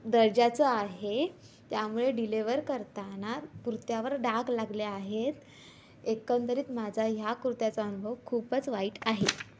दर्जाचं आहे त्यामुळे डिलेवर करताना कुर्त्यावर डाग लागले आहेत एकंदरीत माझा ह्या कुर्त्याचा अनुभव खूपच वाईट आहे